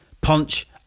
punch